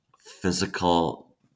physical